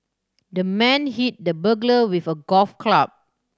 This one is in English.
the man hit the burglar with a golf club